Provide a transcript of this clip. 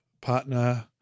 partner